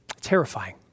Terrifying